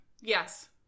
Yes